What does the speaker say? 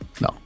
No